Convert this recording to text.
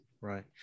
right